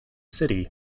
city